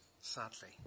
sadly